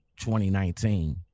2019